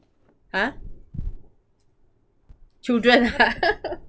!huh! children ha